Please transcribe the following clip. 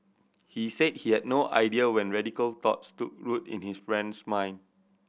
he said he had no idea when radical thoughts took root in his friend's mind